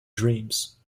dreams